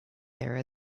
there